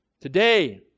today